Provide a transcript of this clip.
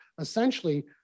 essentially